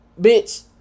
bitch